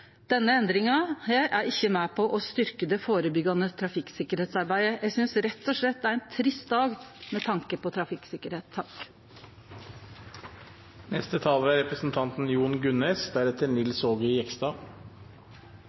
Denne endringa er ikkje med på å styrkje det førebyggjande trafikksikkerheitsarbeidet. Eg synest rett og slett det er ein trist dag med tanke på trafikksikkerheit.